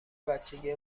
بچگی